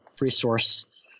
resource